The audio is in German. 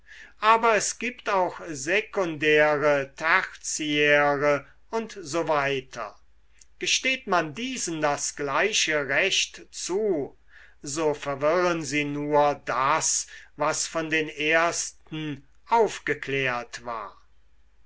aber es gibt auch sekundäre tertiäre u s w gesteht man diesen das gleiche recht zu so verwirren sie nur das was von den ersten aufgeklärt war